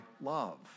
love